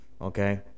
Okay